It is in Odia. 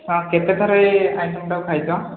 ହଁ କେତେଥର ଆଇଟମ୍ଟାକୁ ଖାଇଛ